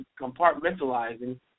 compartmentalizing